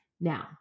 Now